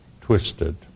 twisted